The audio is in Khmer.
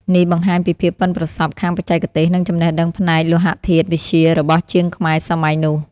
នេះបង្ហាញពីភាពប៉ិនប្រសប់ខាងបច្ចេកទេស និងចំណេះដឹងផ្នែកលោហធាតុវិទ្យារបស់ជាងខ្មែរសម័យនោះ។